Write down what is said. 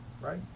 right